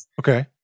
okay